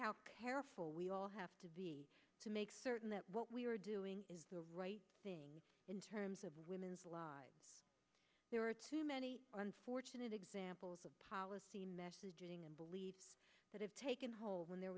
how careful we all have to be to make certain that what we are doing is the right thing in terms of women's lives there are too many unfortunate examples of policy messaging and believe that have taken hold when there